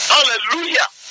Hallelujah